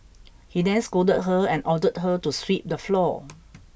he then scolded her and ordered her to sweep the floor